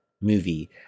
movie